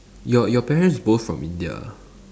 your your parents both from India ah